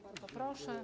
Bardzo proszę.